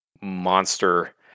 monster